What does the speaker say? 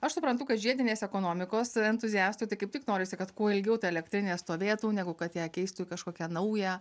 aš suprantu kad žiedinės ekonomikos entuziastui tai kaip tik norisi kad kuo ilgiau ta elektrinė stovėtų negu kad ją keistų į kažkokią naują